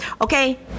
okay